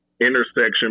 intersection